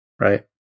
right